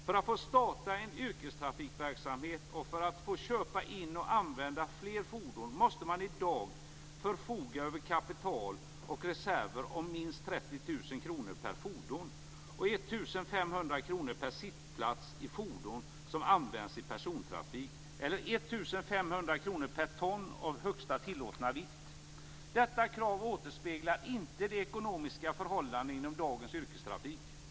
För att få starta en yrkestrafikverksamhet och för att få köpa in och använda fler fordon måste man i dag förfoga över kapital och reserver om minst 30 000 kr per fordon eller 1 500 kr per sittplats i fordon som används i persontrafik eller 1 500 kr per ton av högsta tillåtna vikt. Detta krav återspeglar inte de ekonomiska förhållandena inom dagens yrkestrafik.